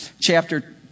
Chapter